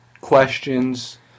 Questions